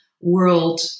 world